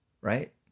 right